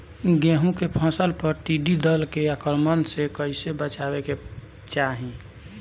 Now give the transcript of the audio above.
गेहुँ के फसल पर टिड्डी दल के आक्रमण से कईसे बचावे के चाही?